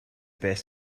best